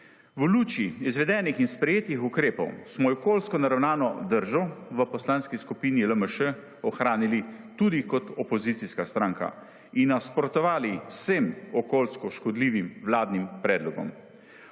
V luči izvedenih in sprejetih ukrepov smo okoljsko naravnano držo v Poslanski skupini LMŠ ohranili tudi kot opozicijska stranka in nasprotovali vsem okoljsko škodljivim vladnim predlogom,